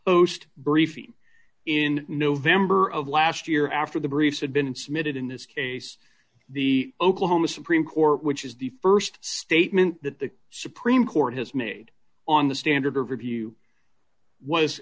post briefing in november of last year after the briefs had been submitted in this case the oklahoma supreme court which is the st statement that the supreme court has made on the standard of review was